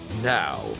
Now